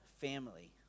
family